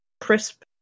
crisp